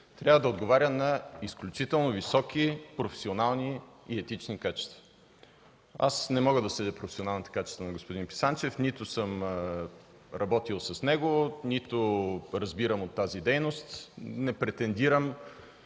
трябва да отговаря на изключително високи професионални и етични качества. Не мога да съдя за професионалните качества на господин Писанчев, нито съм работил с него, нито разбирам от тази дейност, не претендирам,